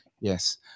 Yes